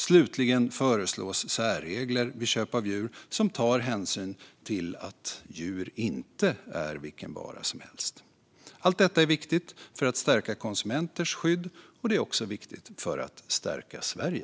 Slutligen föreslås särregler vid köp av djur som tar hänsyn till att ett djur inte är vilken vara som helst. Allt detta är viktigt för att stärka konsumenters skydd. Det är också viktigt för att stärka Sverige.